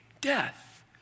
Death